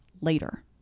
later